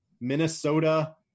Minnesota